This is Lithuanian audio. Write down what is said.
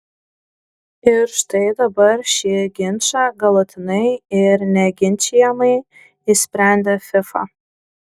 ir štai dabar šį ginčą galutinai ir neginčijamai išsprendė fifa